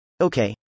Okay